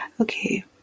Okay